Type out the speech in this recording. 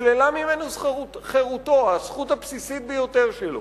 נשללה ממנו חירותו, הזכות הבסיסית ביותר שלו,